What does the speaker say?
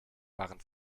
waren